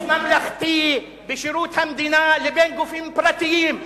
ממלכתי בשירות המדינה לבין גופים פרטיים.